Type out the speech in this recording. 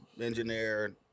engineer